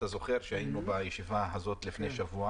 היינו בישיבה הזו לפני שבוע